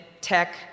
tech